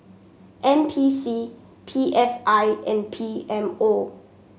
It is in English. N P C P S I and P M O